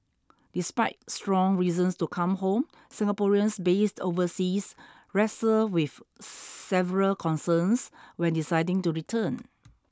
despite strong reasons to come home Singaporeans based overseas wrestle with several concerns when deciding to return